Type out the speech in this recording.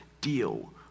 deal